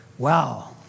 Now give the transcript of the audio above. Wow